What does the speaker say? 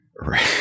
right